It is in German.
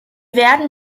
werden